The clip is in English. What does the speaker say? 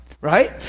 Right